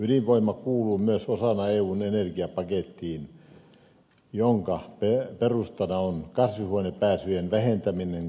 ydinvoima kuuluu myös osana eun energiapakettiin jonka perustana on kasvihuonepäästöjen vähentäminen kaikin keinoin